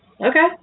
Okay